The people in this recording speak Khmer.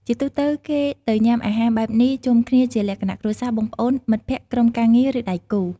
ជាទូទៅ គេទៅញុំាអាហារបែបនេះជុំគ្នាជាលក្ខណៈគ្រួសារ បងប្អូន មិត្តភក្តិ ក្រុមការងារ ឬដៃគូ។